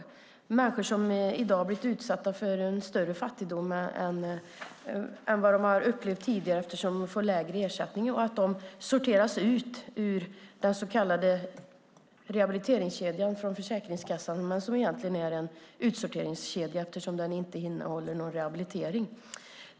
Det är människor som i dag är utsatta för större fattigdom än vad de har upplevt tidigare eftersom de får lägre ersättningar. De sorteras ut ur den så kallade rehabiliteringskedjan från Försäkringskassan - en utsorteringskedja eftersom den inte innehåller någon rehabilitering.